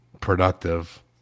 productive